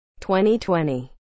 2020